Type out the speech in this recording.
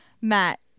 Matt